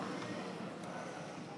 (חברי הכנסת מכבדים בקימה את פני נשיאת הפרלמנט